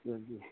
जल्दी